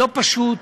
לא פשוט,